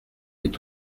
est